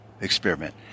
experiment